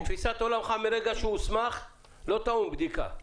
לתפיסת עולמך, מרגע שהוא הוסמך לא טעון בדיקה.